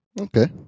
Okay